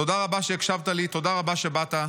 תודה רבה שהקשבת לי, תודה רבה שבאת,